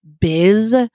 biz